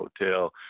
hotel